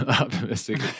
optimistic